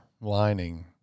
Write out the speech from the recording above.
lining